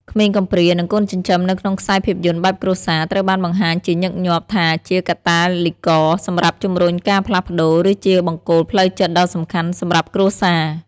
ក្មេងកំព្រា និងកូនចិញ្ចឹមនៅក្នុងខ្សែភាពយន្តបែបគ្រួសារ ត្រូវបានបង្ហាញជាញឹកញាប់ថាជាកាតាលីករសម្រាប់ជំរុញការផ្លាស់ប្ដូរ ឬជាបង្គោលផ្លូវចិត្តដ៏សំខាន់សម្រាប់គ្រួសារ។